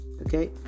Okay